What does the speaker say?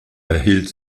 erhielt